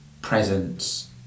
presence